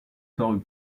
parut